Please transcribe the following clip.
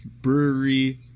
Brewery